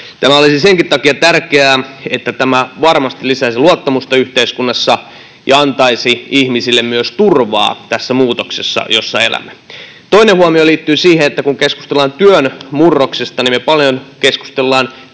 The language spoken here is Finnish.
Tämä olisi senkin takia tärkeää, että tämä varmasti lisäisi luottamusta yhteiskunnassa ja antaisi ihmisille myös turvaa tässä muutoksessa, jossa elämme. Toinen huomio liittyy siihen, että kun keskustellaan työn murroksesta, niin me paljon keskustelemme työsuhteiden,